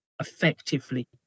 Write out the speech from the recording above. effectively